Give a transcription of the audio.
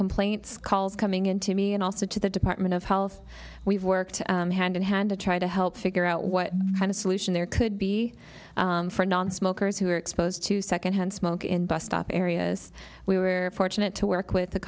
complaints calls coming in to me and also to the department of health we've worked hand in hand to try to help figure out what kind of solution there could be for nonsmokers who are exposed to secondhand smoke in bus stop areas we were fortunate to work with the